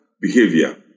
behavior